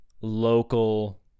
local